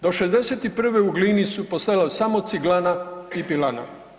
Do '61. u Glini su postojale samo ciglana i pilana.